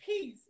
peace